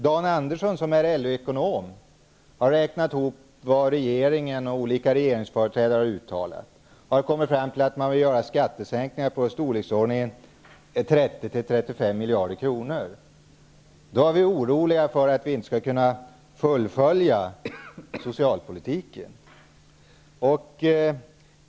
Dan Andersson, som är LO-ekonom, har räknat ihop vad de förslag som regeringen och olika regeringsföreträdare har lagt fram innebär. Han har kommit fram till att man vill göra skattesänkningar i storleksordningen 30--35 miljarder kronor. Då är vi oroliga för att vi inte skall kunna fullfölja socialpolitiken.